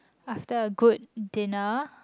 after a good dinner